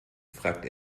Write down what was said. fragt